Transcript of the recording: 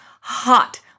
hot